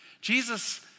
Jesus